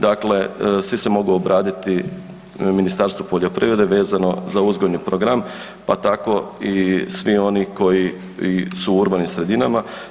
Dakle, svi se mogu obratiti Ministarstvu poljoprivrede vezano za uzgojni program pa tako i svi oni koji su u urbanim sredinama.